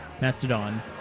Mastodon